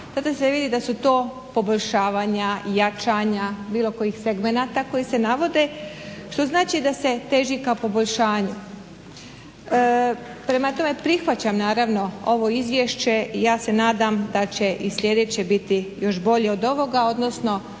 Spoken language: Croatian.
tada se vidi da su to poboljšavanja, jačanja bilo kojih segmenata koji se navode što znači da se teži ka poboljšanju. Prema tome, prihvaćam naravno ovo izvješće. Ja se nadam da će i sljedeće biti još bolje od ovoga, odnosno